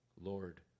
Lord